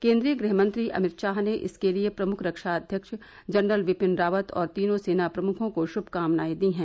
केन्द्रीय गृहमंत्री अमित शाह ने इसके लिए प्रमुख रक्षा अध्यक्ष जनरल बिपिन रावत और तीनों सेना प्रमुखों को शुभकामनाए दी हैं